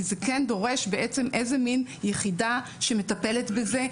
כי זה כן דורש איזה מין יחידה שמטפלת בזה,